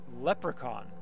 Leprechaun